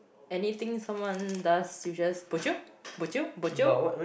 anything some does you just bojio bojio bojio